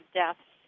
deaths